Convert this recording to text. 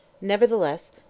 Nevertheless